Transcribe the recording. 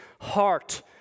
heart